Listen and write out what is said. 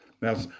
Now